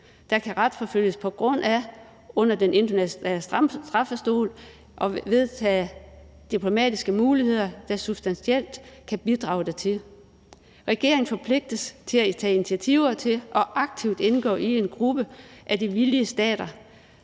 der kan retsforfølges på baggrund af, under Den Internationale Straffedomstol ved at afsøge diplomatiske muligheder, der substantielt kan bidrage hertil. Regeringen forpligtes til at tage initiativ til – og aktivt indgå i – en gruppe af »villige stater«